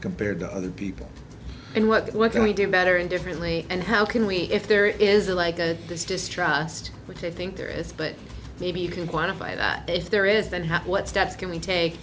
compared to other people and what can we do better and differently and how can we if there is a like a this distrust which i think there is but maybe you can quantify that if there is that how what steps can we take